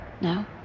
No